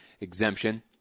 exemption